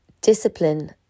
Discipline